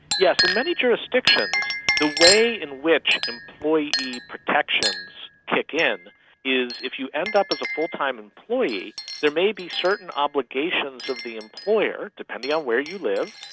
yes. in many jurisdictions the way in which employee protections kick in is if you end up as a full-time employee there may be certain obligations of the employer, depending on where you live,